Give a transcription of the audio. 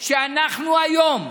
שאנחנו היום,